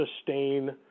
sustain –